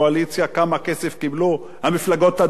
כמה כסף קיבלו המפלגות הדתיות,